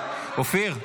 אופיר,